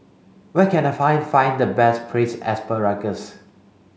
where can I find find the best braised asparagus